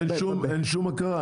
אין שום הכרה?